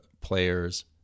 players